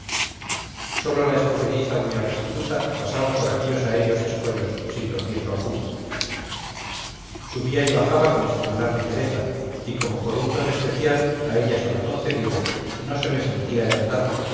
sólo la escurridiza doña restituta pasaba por aquellos aéreos escollos sin tropiezo alguno subía y bajaba con singular ligereza y como por un don especial aella sola concedido no se le sentía el andar